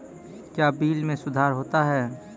क्या बिल मे सुधार होता हैं?